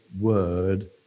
word